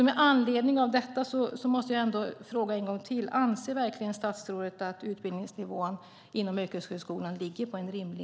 Med anledning av detta måste jag fråga en gång till: Anser verkligen statsrådet att utbildningsnivån inom yrkeshögskolan är rimlig?